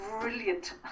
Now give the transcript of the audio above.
brilliant